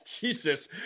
Jesus